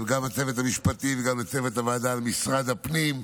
גם לצוות המשפטי וגם לצוות הוועדה, למשרד הפנים,